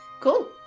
Cool